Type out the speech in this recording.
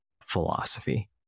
philosophy